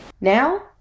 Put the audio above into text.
Now